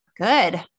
Good